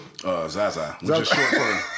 Zaza